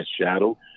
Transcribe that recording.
shadow